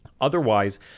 Otherwise